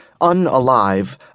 unalive